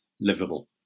livable